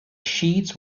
sheets